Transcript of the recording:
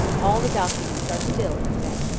all the documents are still in quebec